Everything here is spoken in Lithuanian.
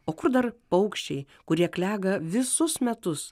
o kur dar paukščiai kurie klega visus metus